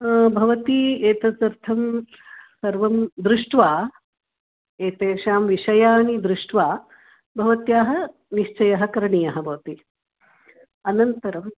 भवती एतदर्थं सर्वं दृष्ट्वा एतेषां विषयान् दृष्ट्वा भवत्याः निश्चयं करणीयं भवति अनन्तरम्